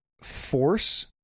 force